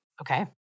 Okay